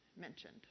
mentioned